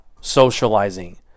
socializing